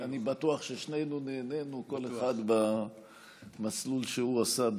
אני בטוח ששנינו נהנינו כל אחד במסלול שהוא עשה.